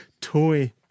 toy